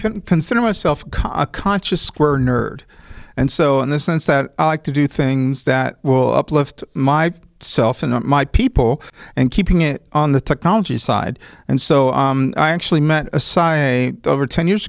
can consider myself a conscious square nerd and so in the sense that i like to do things that will uplift my self and my people and keeping it on the technology side and so i actually met a sigh i over ten years